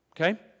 okay